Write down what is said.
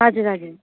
हजुर हजुर